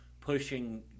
pushing